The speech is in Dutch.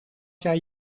jij